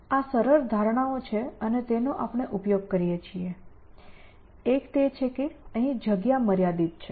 આ સરળ ધારણાઓ છે જેનો આપણે ઉપયોગ કરીએ છીએ એક તે છે કે જગ્યા મર્યાદિત છે